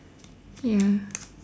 ya